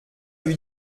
lui